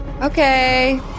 Okay